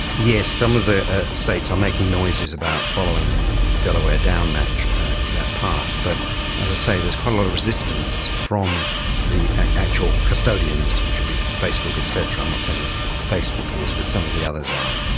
yes, some of the states are making noises about following delaware down that that path. but as i say, there's quite a lot of resistance from the actual custodians, which would be facebook et cetera, i'm not saying that facebook is but some of the others um